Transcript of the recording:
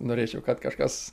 norėčiau kad kažkas